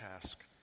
task